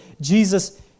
Jesus